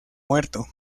muerto